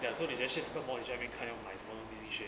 ya so they just shake 那个 ball 就那边看要买什么东西是 shave